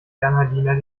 bernhardiner